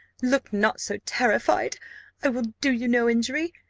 look not so terrified i will do you no injury.